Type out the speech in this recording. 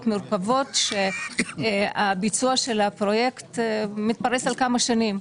מורכבות שהביצוע של הפרויקט מתפרש על כמה שנים.